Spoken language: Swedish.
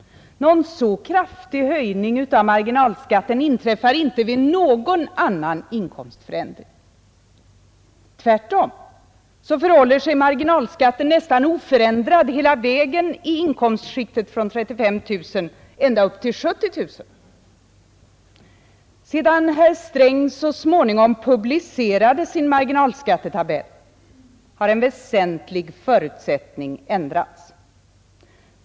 Någon så kraftig höjning av marginalskatten inträffar inte vid någon annan inkomstförändring. Tvärtom förhåller sig marginalskatten nästan oförändrad hela vägen i inkomstskikten från 35 000 ända upp till 70 000. Efter det att herr Sträng så småningom publicerade sin marginalskattetabell har en väsentlig förutsättning ändrats.